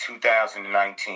2019